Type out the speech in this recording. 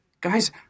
guys